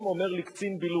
אם אומר לי קצין בילוש,